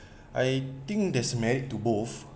I think there's merit to both